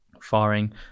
Firing